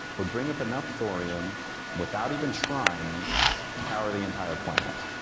would bring up enough thorium without even trying to power the entire planet.